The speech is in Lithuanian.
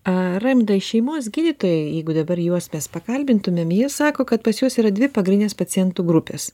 a raimundai šeimos gydytojai jeigu dabar juos mes pakalbintumėm jie sako kad pas juos yra dvi pagrindinės pacientų grupės